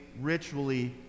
ritually